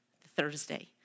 Thursday